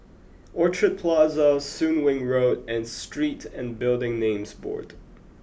Orchard Plaza Soon Wing Road and Street and Building Names Board